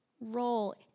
role